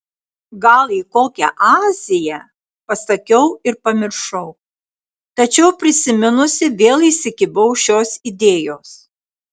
gal į kokią aziją pasakiau ir pamiršau tačiau prisiminusi vėl įsikibau šios idėjos